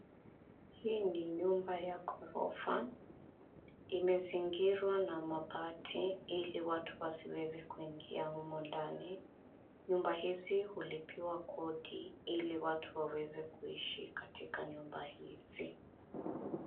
Hii ni nyumba ya ghorofa. Imezingirwa na mabati ili watu wasiweze kuingia humo ndani. Nyumba hizi hulipiwa kodi ili watu waweze kuishi katika nyumba hizi.